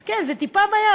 כן, זו טיפה בים.